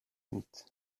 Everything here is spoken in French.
huit